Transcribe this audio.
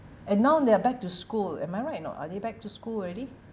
and now they're back to school am I right or not are they back to school already